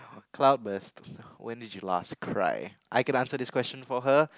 cloud burst when did you last cry I can answer this question for her